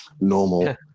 normal